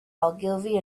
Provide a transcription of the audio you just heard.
ogilvy